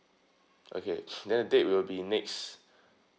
okay then date will be next